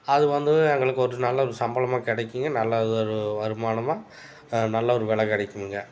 அது வந்து எங்களுக்கு ஒரு நல்ல ஒரு சம்பளமாக கிடைக்குங்க நல்ல அது ஒரு வருமானமாக நல்ல ஒரு வெலை கிடைக்குங்க